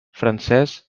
francès